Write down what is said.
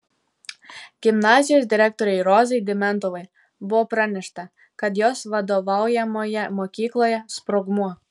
gimnazijos direktorei rozai dimentovai buvo pranešta kad jos vadovaujamoje mokykloje sprogmuo